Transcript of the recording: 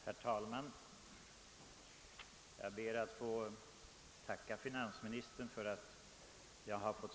Herr talman! Jag ber att få tacka finansministern för svaret.